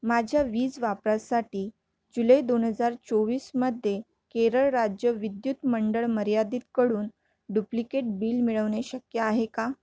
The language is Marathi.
माझ्या वीज वापरासाठी जुलै दोन हजार चोवीसमध्ये केरळ राज्य विद्युत मंडळ मर्यादितकडून डुप्लिकेट बिल मिळवणे शक्य आहे का